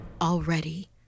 Already